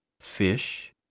fish